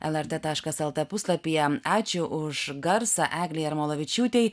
lrt taškas el t puslapyje ačiū už garsą eglei jarmalavičiūtei